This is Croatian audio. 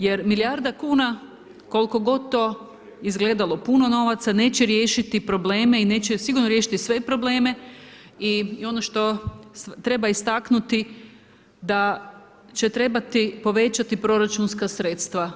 Jer milijarda kuna, koliko god to izgledalo puno novaca, neće riješiti probleme i neće sigurno riješiti sve probleme i ono što treba istaknuti da će trebati povećati proračunska sredstva.